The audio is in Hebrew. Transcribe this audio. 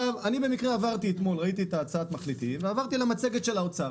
אני ראיתי את הצעת המחליטים ועברתי על המצגת של האוצר.